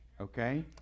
okay